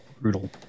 brutal